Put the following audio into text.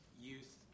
youth